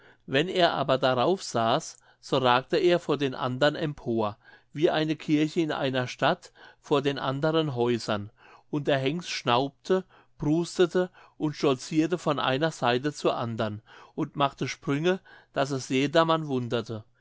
wenn er aber darauf saß so ragte er vor den andern empor wie eine kirche in einer stadt vor den anderen häusern und der hengst schnaubte prustete und stolzirte von der einen seite zur andern und machte sprünge daß es jedermann wunderte